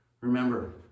remember